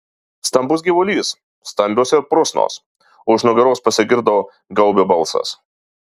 stambus gyvulys stambios ir prusnos už nugaros pasigirdo gaubio balsas